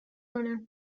کنم